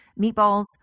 Meatballs